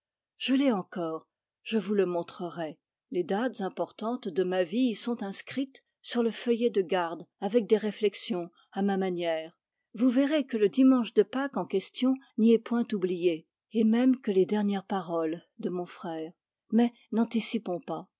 je l'ai encore je vous le montrerai les dates importantes de ma vie y sont inscrites sur le feuillet de garde avec des réflexions à ma manière vous verrez que le dimanche de pâques en question n'y est point oublié et même que les dernières paroles de mon frère mais n'anticipons pas